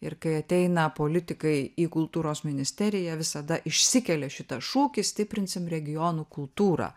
ir kai ateina politikai į kultūros ministeriją visada išsikelia šitą šūkį stiprinsim regionų kultūrą